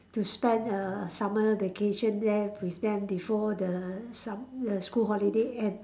to spend err summer vacation there with them before the sum~ the school holiday end